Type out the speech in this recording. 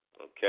Okay